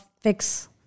fix